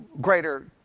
greater